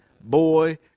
boy